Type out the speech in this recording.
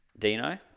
Dino